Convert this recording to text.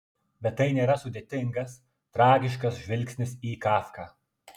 bet tai nėra sudėtingas tragiškas žvilgsnis į kafką